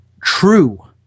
true